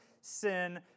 sin